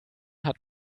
hat